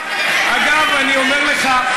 אני אומר לך,